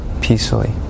peacefully